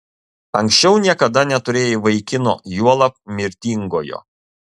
anksčiau niekada neturėjai vaikino juolab mirtingojo